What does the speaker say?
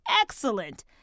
excellent